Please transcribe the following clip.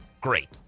Great